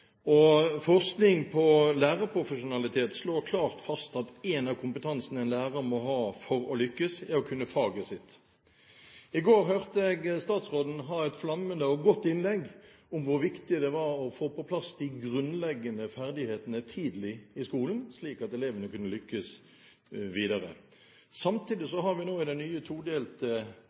Forskning på lærerprofesjonalitet slår klart fast at en av kompetansene en lærer må ha for å lykkes, er å kunne faget sitt. I går hørte jeg statsråden holde et flammende og godt innlegg om hvor viktig det var å få på plass de grunnleggende ferdighetene tidlig i skolen, slik at elevene kunne lykkes videre. Samtidig har vi nå i den nye